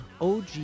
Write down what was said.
OG